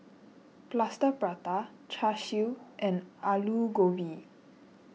Plaster Prata Char Siu and Aloo Gobi